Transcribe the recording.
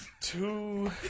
Two